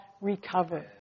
recover